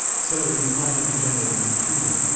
said it would imply that the general was retreating,